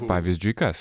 pavyzdžiui kas